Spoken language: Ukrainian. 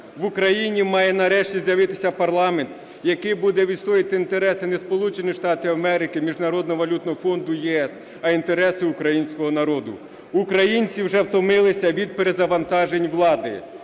В Україні має нарешті з'явитися парламент, який буде відстоювати інтереси не Сполучених Штатів Америки, Міжнародного валютного фонду, ЄС, а інтереси українського народу. Українці вже втомилися від перезавантажень влади,